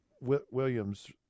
Williams